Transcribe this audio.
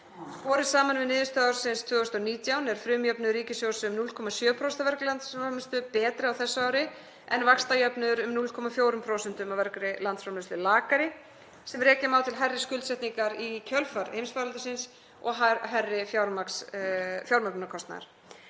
Borið saman við niðurstöðu ársins 2019 er frumjöfnuður ríkissjóðs um 0,7% af vergri landsframleiðslu betri á þessu ári, en vaxtajöfnuður um 0,4% af vergri landsframleiðslu lakari sem rekja má til hærri skuldsetningar í kjölfar heimsfaraldursins og hærri fjármögnunarkostnaðar.